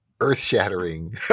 earth-shattering